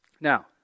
Now